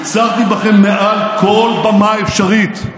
הפצרתי בכם מעל כל במה אפשרית: